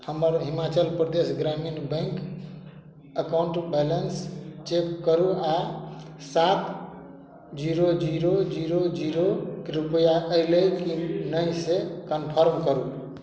हमर Himachal Pradesh Gramin bank account balance check करू आ सात जीरो जीरो जीरो जीरो रूपैआ अयलै कि नहि से कन्फर्म करू